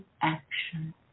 action